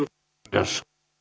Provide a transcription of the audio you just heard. arvoisa puhemies